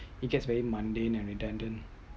it get very mandate and redundant